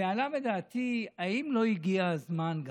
ועלה בדעתי: האם לא הגיע הזמן גם,